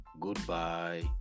goodbye